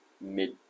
mid